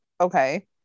okay